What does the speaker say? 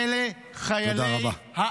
תודה רבה.